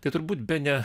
tai turbūt bene